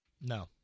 No